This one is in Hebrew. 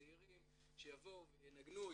צעירים שיבואו וינגנו,